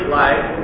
life